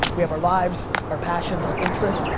we have our lives, our passions, our interests.